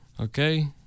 Okay